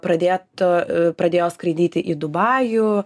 pradėto pradėjo skraidyti į dubajų